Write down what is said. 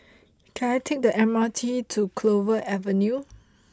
can I take the M R T to Clover Avenue